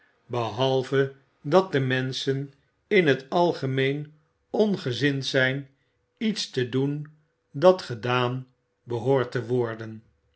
behalve dat de menschen in het algemeen ongezind zgn iets te doen dat gedaan behoort te worden